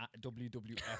WWF